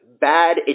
bad